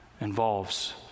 involves